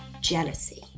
Jealousy